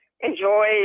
Enjoy